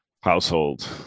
household